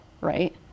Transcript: right